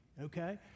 okay